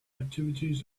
activities